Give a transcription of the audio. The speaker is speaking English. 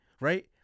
right